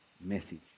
message